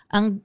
Ang